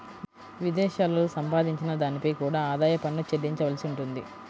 విదేశాలలో సంపాదించిన దానిపై కూడా ఆదాయ పన్ను చెల్లించవలసి ఉంటుంది